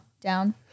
down